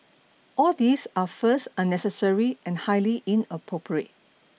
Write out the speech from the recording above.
all these are first unnecessary and highly inappropriate